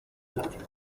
platino